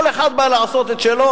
כל אחד בא לעשות את שלו,